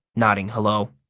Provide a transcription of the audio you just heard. nodding hello.